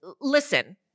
listen